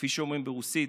כפי שאומרים ברוסית: